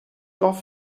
off